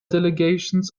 delegations